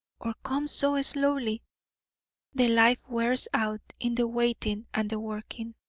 or comes so slowly the life wears out in the waiting and the working.